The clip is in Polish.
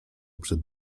przed